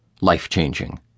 Life-changing